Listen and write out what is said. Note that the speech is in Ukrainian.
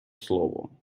словом